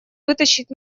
вытащить